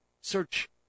search